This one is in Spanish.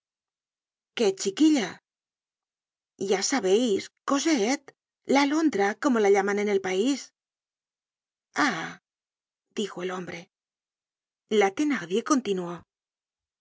qué chiquilla ya sabeis cosette la alondra como la llaman en el pais ah dijo el hombre la thenardier continuó